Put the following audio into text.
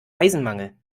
eisenmangel